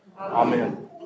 Amen